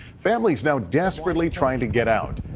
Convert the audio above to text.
families now desperately trying to get out.